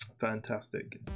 fantastic